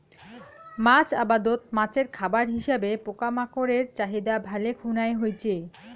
মাছ আবাদত মাছের খাবার হিসাবে পোকামাকড়ের চাহিদা ভালে খুনায় হইচে